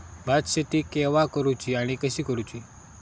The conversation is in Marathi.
भात शेती केवा करूची आणि कशी करुची?